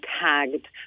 tagged